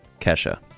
Kesha